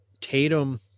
Tatum